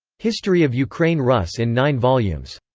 history of ukraine-rus' in nine volumes.